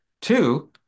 Two